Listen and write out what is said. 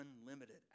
unlimited